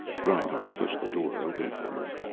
reinhart pushed the door open for him.